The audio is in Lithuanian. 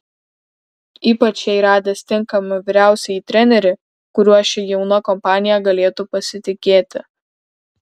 ypač jai radęs tinkamą vyriausiąjį trenerį kuriuo ši jauna kompanija galėtų pasitikėti